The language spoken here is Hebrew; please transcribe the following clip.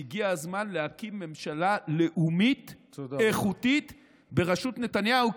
והגיע הזמן להקים ממשלה לאומית איכותית בראשות נתניהו,